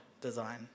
design